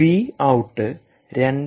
V out 2